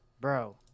Bro